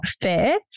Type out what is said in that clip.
fair